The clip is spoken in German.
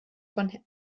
von